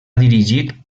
dirigit